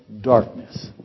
darkness